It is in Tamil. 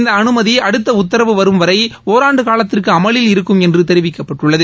இந்த அமைதி அடுத்த உத்தரவு வரும்வரை ஒராண்டு காலத்திற்கு அமலில் இருக்கும் என்று தெரிவிக்கப்பட்டுள்ளது